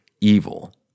evil